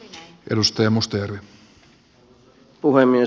arvoisa puhemies